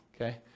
Okay